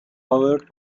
هاورد